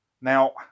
now